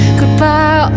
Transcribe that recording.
goodbye